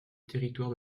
territoire